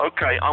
Okay